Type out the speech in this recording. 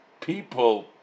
people